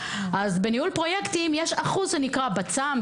אז בניהול פרויקטים יש אחוז שנקרא בצ"מ,